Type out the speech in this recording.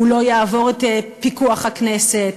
הוא לא יעבור את פיקוח הכנסת,